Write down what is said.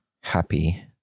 happy